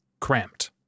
cramped